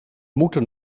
moeten